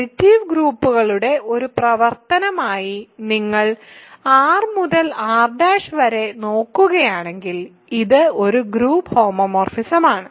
additive ഗ്രൂപ്പുകളുടെ ഒരു പ്രവർത്തനമായി നിങ്ങൾ R മുതൽ R' വരെ നോക്കുകയാണെങ്കിൽ ഇത് ഒരു ഗ്രൂപ്പ് ഹോമോമോർഫിസം ആണ്